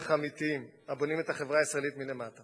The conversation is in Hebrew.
האמיתיים הבונים את החברה הישראלית מלמטה.